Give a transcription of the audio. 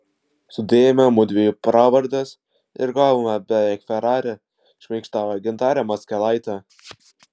sudėjome mudviejų pravardes ir gavome beveik ferrari šmaikštauja gintarė mackelaitė